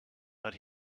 but